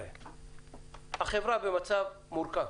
החברה במצב מורכב,